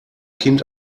kind